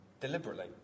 deliberately